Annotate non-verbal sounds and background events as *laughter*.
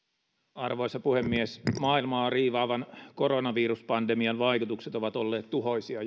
arvoisa puhemies maailmaa riivaavan koronaviruspandemian vaikutukset ovat olleet tuhoisia *unintelligible*